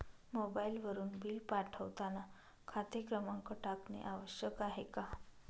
मोबाईलवरून बिल पाठवताना खाते क्रमांक टाकणे आवश्यक आहे का?